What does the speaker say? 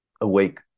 Awake